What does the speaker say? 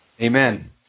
Amen